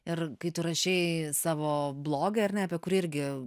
ir kai tu rašei savo blogį ar ne apie kurį irgi